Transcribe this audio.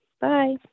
Bye